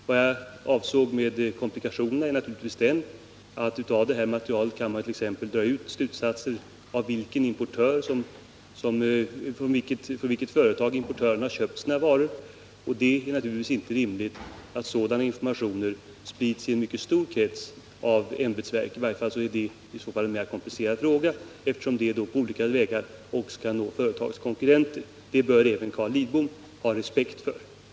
Vad jag avsåg med påpekandet att det skulle kunna bli komplikationer är naturligtvis att man ur det här materialet skulle kunna få fram uppgifter om från vilket företag en importör har köpt sina varor, och det är självfallet inte rimligt att sådana informationer sprids i en mycket stor krets av ämbetsverk. I varje fall gör detta frågan mera komplicerad, eftersom den här informationen på olika sätt också kan nå företagens konkurrenter. Ett sådant resonemang borde även Carl Lidbom ha respekt för.